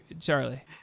Charlie